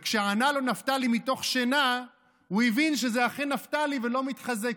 וכשענה לו נפתלי מתוך שינה הוא הבין שזה אכן נפתלי ולא מתחזה,